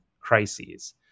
crises